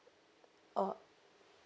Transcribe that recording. oh